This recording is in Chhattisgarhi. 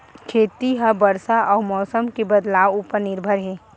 खेती हा बरसा अउ मौसम के बदलाव उपर निर्भर हे